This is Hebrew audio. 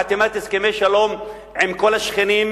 חתימת הסכמי שלום עם כל השכנים,